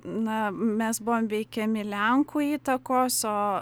na mes buvom veikiami lenkų įtakos o